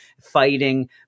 fighting